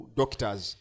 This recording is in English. doctors